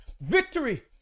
Victory